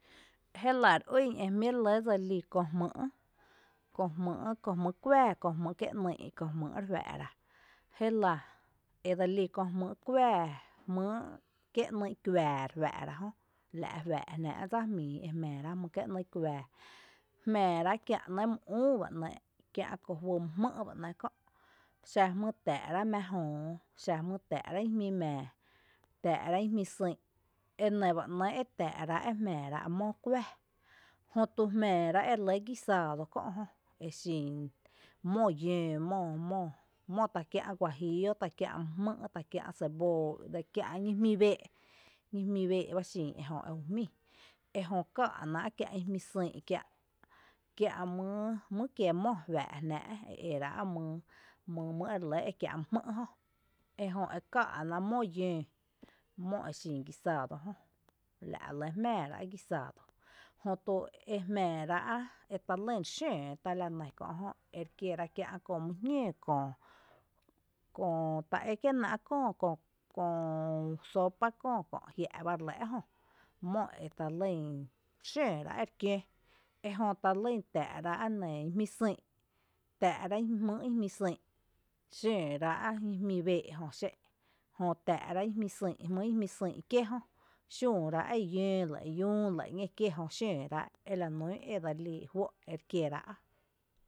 Jélⱥ re ýn e jmíií’ re lɇ dselí köö jmýy’, köö jmýy’, köö jmýy’ kuⱥⱥ ko jmýy’ kié’ ‘nýy’ re juⱥⱥ’ra, jélⱥ edselí köö jmýy’ kuⱥⱥ jmýy’ kié’e ‘nýy’ kuⱥⱥ re juⱥⱥ’ra jö, la’ juⱥⱥ’ra’ jnⱥⱥ’ dsa jmíi e jmⱥⱥ ra’ jmýy’ kié’e ‘nýy’ kuⱥⱥ, jmⱥⱥ ra’ kiä’ mý üú ba ‘nɇɇɇ’ kiä’ kajuý mýjmý’ bá ‘nɇɇɇ’ ko’ xá jmýy tⱥⱥ’rá’ mⱥ jöö, xa jmýy tⱥⱥ’rá’ ijmí mⱥⱥ, tⱥⱥ’rá’ ijmí xïí’ enɇba nɇɇ’ tⱥⱥ’rá’ e jmⱥⱥ ra’ mó kuⱥⱥ, jötu mⱥⱥrá’ ere lɇ guisáado kö’ exin mó yǿǿ, mó takiä’ huajíillo ta kiä’ ceboo kiä’ íjmí bee’, íjmí bee’ ba xin ejö e ju jmíi ejö ka’ náa’ kiä’ íjmí syÿ’ kiä’, kiä’ mý ekiee’ mó juⱥⱥ jnáa’ e éráa’ mý ere lɇ e kiä’ mý jmý’ jö, ejö ekáa’ náa’ mó yǿǿ, mó exin guisáado jö, la´ re lɇ jmⱥⱥ ra’ guisáado, jötu e jmⱥⱥ ra’ eta lýn re xǿǿ tala nɇ köjö, ere kiera kiä’ köö mý jñǿǿ köö, köö ta ékiée’ náa’ köö, köó sóopa köö kö’ jia’ba re lɇ ejö, mó etalýn ere xǿǿ rá’ ere kiǿö, ejö talýn tⱥⱥ’rá’ ijmí xïí’ tⱥⱥ’rá’ jmýy’ ijmí xïí’, xǿǿrá’ ijmí bée’ jö xé’n jö tⱥⱥ’rá’ jmýy’ ijmí xïí’ kié jö, xǿö rá’ yǿö lɇ’ yüü lɇ ´ñee kie jö xǿö rá’ lanún e dselí juó’ ere kierá’.